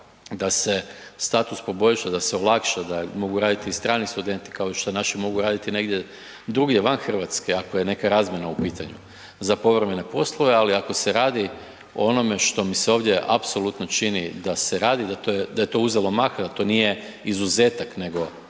da se status poboljša, da se olakša, da mogu raditi i strani studenti, kao što naši mogu raditi negdje drugdje van Hrvatske, ako je neka razmjena u pitanju za povremene poslove, ali ako se radi o onome što mi se ovdje apsolutno čini da se radi, da je to uzelo maha, da to nije izuzetak nego